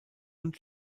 und